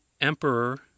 emperor